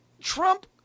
Trump